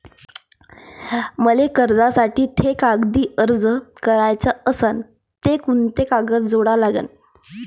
मले कर्जासाठी थे कागदी अर्ज कराचा असन तर कुंते कागद जोडा लागन?